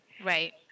Right